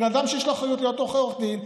בן אדם שיש לו אחריות להיות עורך דין,